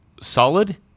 solid